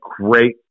great